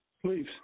please